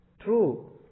true